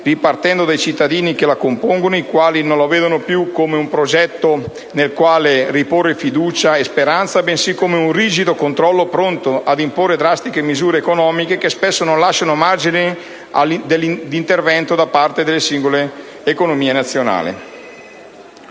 ripartendo dai cittadini che la compongono, i quali non la vedono più come un progetto nel quale riporre fiducia e speranze, bensì come un rigido controllore pronto ad imporre drastiche misure economiche che spesso non lasciano margine d'intervento alle singole economie nazionali.